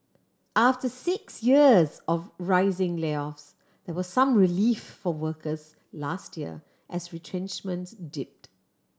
after six years of rising layoffs there was some relief for workers last year as retrenchments dipped